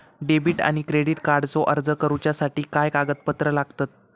Debit आणि credit कार्डचो अर्ज करुच्यासाठी काय कागदपत्र लागतत?